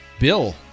Bill